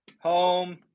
home